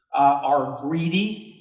are greedy,